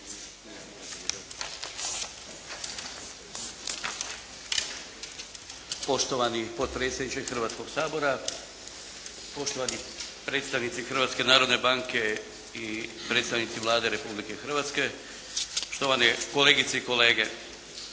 Poštovani potpredsjedniče Hrvatskog sabora, poštovani predstavnici Hrvatske narodne banke i predstavnici Vlade Republike Hrvatske, štovane kolegice i kolege